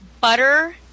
butter